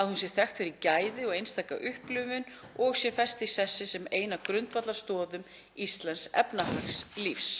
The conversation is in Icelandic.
að hún sé þekkt fyrir gæði og einstaka upplifun og sé fest í sessi sem ein af grundvallarstoðum íslensks efnahagslífs.